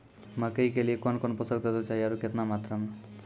मकई के लिए कौन कौन पोसक तत्व चाहिए आरु केतना मात्रा मे?